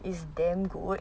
is damn good